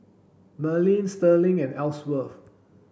Merlin Sterling and Elsworth